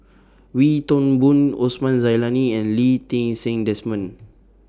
Wee Toon Boon Osman Zailani and Lee Ti Seng Desmond